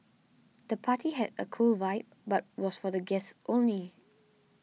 the party had a cool vibe but was for the guests only